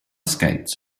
skates